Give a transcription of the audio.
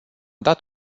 dat